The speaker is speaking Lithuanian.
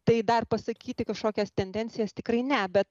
tai dar pasakyti kažkokias tendencijas tikrai ne bet